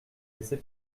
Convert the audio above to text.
laisser